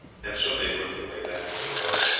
and so may work your way back to villeroy.